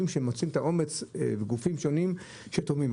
שמוצאים את האומץ וגופים שונים שתורמים.